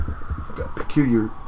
peculiar